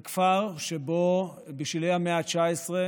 זה כפר שבשלהי המאה ה-19,